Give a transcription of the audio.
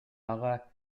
ага